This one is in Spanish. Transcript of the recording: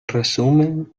resumen